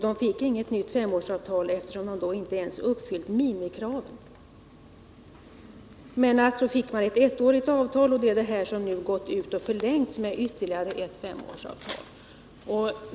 De fick inget nytt fem-årsavtal eftersom de då inte ens uppfyllt minikraven.” Sedan heter det i artikeln att man fick ett ettårigt avtal och att det är detta som nu gått ut och förlängts med ytterligare ett femårsavtal.